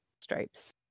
stripes